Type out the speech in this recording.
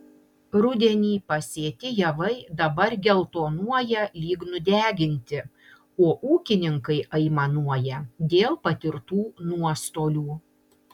rudenį pasėti javai dabar geltonuoja lyg nudeginti o ūkininkai aimanuoja dėl patirtų nuostolių